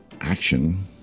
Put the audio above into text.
action